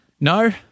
no